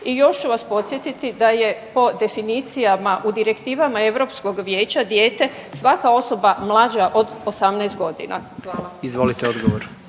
I još ću vas podsjetiti da je po definicijama u direktivama Europskog vijeća dijete svaka osoba mlađa od 18 godina. Hvala. **Jandroković,